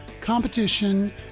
competition